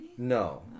No